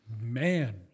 Man